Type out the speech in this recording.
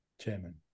chairman